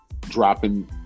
dropping